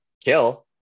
kill